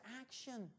action